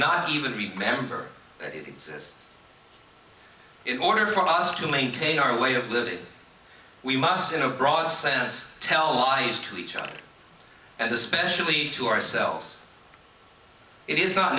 not even remember that it exists in order for god to maintain our way of living we must in a broad sense tell lies to each other and especially to ourselves it is not